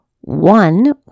One